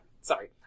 sorry